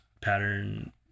pattern